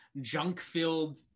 junk-filled